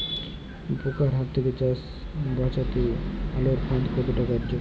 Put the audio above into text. পোকার হাত থেকে চাষ বাচাতে আলোক ফাঁদ কতটা কার্যকর?